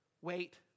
wait